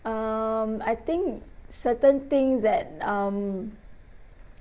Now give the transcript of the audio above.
um I think certain things that um